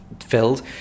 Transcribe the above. filled